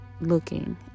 looking